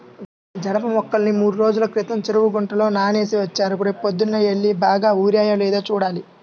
జనప మొక్కల్ని మూడ్రోజుల క్రితం చెరువు గుంటలో నానేసి వచ్చాను, రేపొద్దన్నే యెల్లి బాగా ఊరాయో లేదో చూడాలి